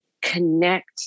connect